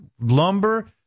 Lumber